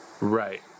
Right